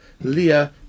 Leah